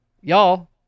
Y'all